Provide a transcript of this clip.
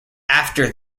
after